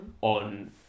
on